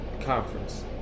conference